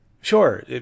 sure